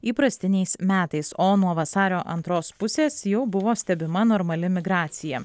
įprastiniais metais o nuo vasario antros pusės jau buvo stebima normali migracija